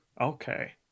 Okay